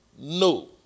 no